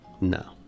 No